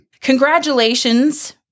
Congratulations